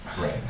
Right